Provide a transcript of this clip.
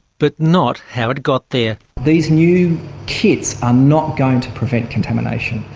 but not how it got there. these new kits are not going to prevent contamination.